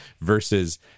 versus